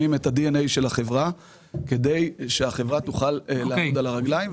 את הדי-אן-אי של החברה כדי שהחברה תוכל לעמוד על הרגליים.